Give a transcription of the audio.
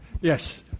yes